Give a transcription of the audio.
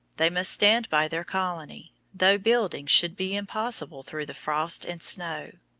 they must stand by their colony, though building should be impossible through the frost and snow.